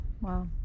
Wow